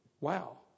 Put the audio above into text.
Wow